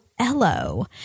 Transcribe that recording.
Hello